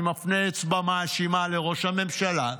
אני מפנה אצבע מאשימה לראש הממשלה,